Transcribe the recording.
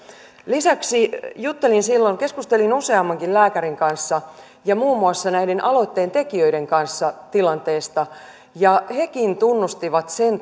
lisäksi juttelin silloin keskustelin useammankin lääkärin kanssa ja muun muassa näiden aloitteen tekijöiden kanssa tilanteesta ja hekin tunnustivat sen